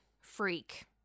freak